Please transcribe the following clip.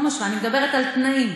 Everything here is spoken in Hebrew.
אני מדברת על תנאים.